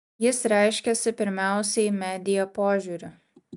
jis reiškiasi pirmiausiai media požiūriu